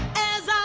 as ah